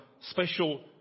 special